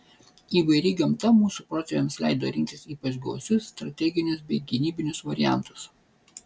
įvairi gamta mūsų protėviams leido rinktis ypač gausius strateginius bei gynybinius variantus